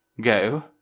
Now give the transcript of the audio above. Go